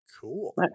Cool